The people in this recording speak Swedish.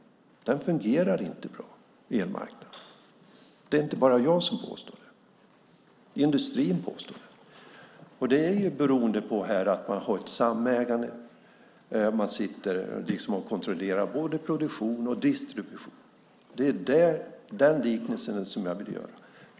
Elmarknaden fungerar inte bra. Det är inte bara jag som påstår det, utan industrin påstår det. Det är beroende på att man har ett samägande och sitter och kontrollerar både produktion och distribution. Det är den liknelsen jag vill göra.